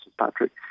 Patrick